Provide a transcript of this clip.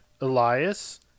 Elias